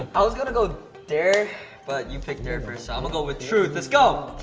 i was gonna go with dare but you picked dare for yourself, i'll go with truth, let's go!